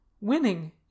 winning